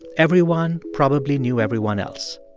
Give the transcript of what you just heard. everyone probably knew everyone else.